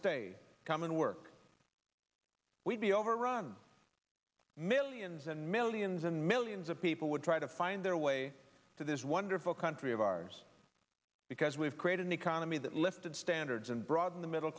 stay coming work we'd be overrun millions and millions and millions of people would try to find their way to this wonderful country of ours because we've created an economy that lifted standards and brought in the middle